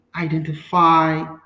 identify